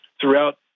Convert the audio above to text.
throughout